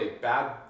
bad